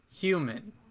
human